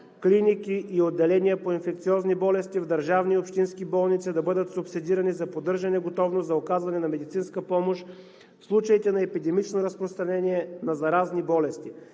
клиники и отделения по инфекциозни болести в държавни и общински болници да бъдат субсидирани за поддържане готовност за оказване на медицинска помощ в случаите на епидемично разпространение на заразни болести.